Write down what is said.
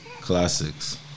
Classics